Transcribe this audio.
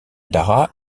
dara